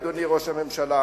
אדוני ראש הממשלה.